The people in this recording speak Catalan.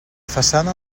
façana